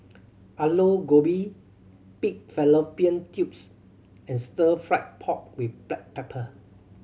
Aloo Gobi pig fallopian tubes and Stir Fried Pork With Black Pepper